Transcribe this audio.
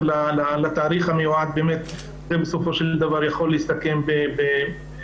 לתאריך המיועד זה בסופו של דבר יכול להסתכם בחיים